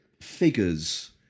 figures